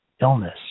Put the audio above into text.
illness